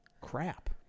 Crap